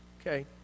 Okay